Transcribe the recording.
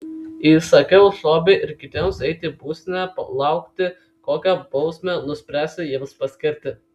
įsakiau šobiui ir kitiems eiti į būstinę ir laukti kokią bausmę nuspręsiu jiems paskirti